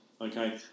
okay